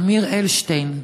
אמיר אלשטיין,